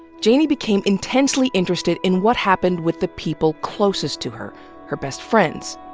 janey became intensely interested in what happened with the people closest to her her best friends,